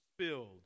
spilled